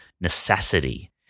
necessity